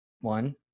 One